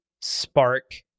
spark